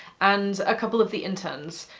and a couple of the interns.